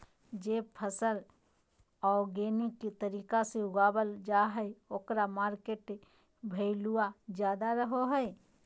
जे फसल ऑर्गेनिक तरीका से उगावल जा हइ ओकर मार्केट वैल्यूआ ज्यादा रहो हइ